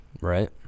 right